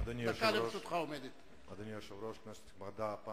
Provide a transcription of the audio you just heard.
עומדת לרשותך דקה.